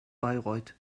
bayreuth